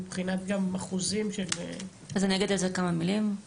מבחינת גם אחוזים --- אז אני אגיד על זה כמה מילים.